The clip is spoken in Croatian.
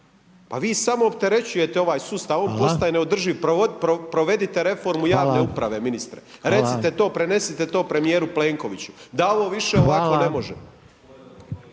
Pa vi samo opterećujete ovaj sustav, on postaje neodrživ. Provedite reformu javne uprave, ministre, recite to, prenesite to premijeru Plenkoviću da ovo više ovako ne može.